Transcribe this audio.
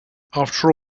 after